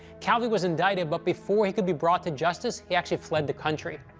calvi was indicted, but before he could be brought to justice, he actually fled the country.